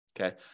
Okay